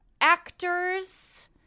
actors